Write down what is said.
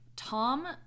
Tom